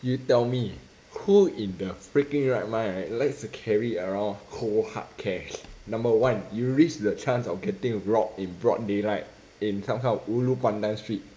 you tell me who in the freaking right mind right likes to carry around cold hard cash number one you risk the chance of getting robbed in broad daylight in some kind of ulu pandan street